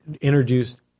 introduced